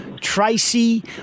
Tracy